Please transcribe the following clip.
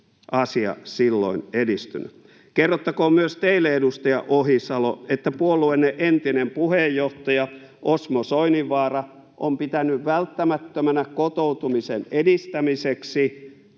asia silloin edistynyt. Kerrottakoon myös teille, edustaja Ohisalo, että puolueenne entinen puheenjohtaja Osmo Soininvaara on pitänyt välttämättömänä kotoutumisen edistämiseksi